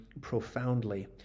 profoundly